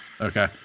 Okay